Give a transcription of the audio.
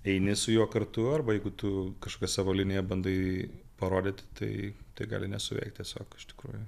eini su juo kartu arba jeigu tu kažkokią savo liniją bandai parodyti tai tai gali nesuveikt tiesiog iš tikrųjų